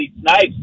Snipes